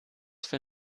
für